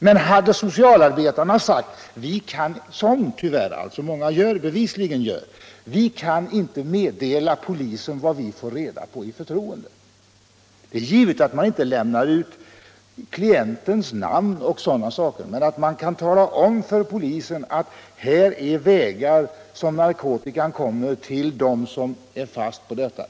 Men hade socialarbetarna sagt — som bevisligen många gör — att de inte kan meddela polisen vad de får reda på i förtroende, då hade detta inte fungerat. Det är givet att man inte lämnar ut klientens namn och sådana saker, men man kan upplysa polisen om de vägar narkotikan kommer till missbrukarna.